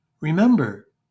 Remember